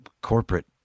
corporate